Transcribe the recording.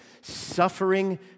suffering